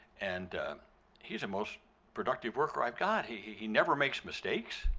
and he's the most productive worker i've got. he he he never makes mistakes,